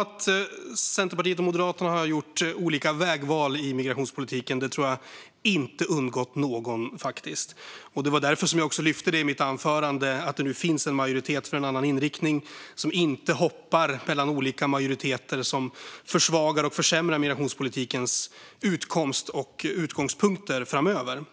Att Centerpartiet och Moderaterna har gjort olika vägval i migrationspolitiken tror jag inte har undgått någon, faktiskt. Därför lyfte jag i mitt anförande fram att det nu finns en majoritet för en annan inriktning som inte hoppar mellan olika majoriteter som försvagar och försämrar migrationspolitikens utfall och utgångspunkter framöver.